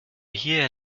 hier